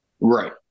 right